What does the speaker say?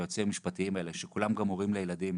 היועצים המשפטיים האלה שכולם גם הורים לילדים,